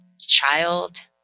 child